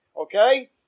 okay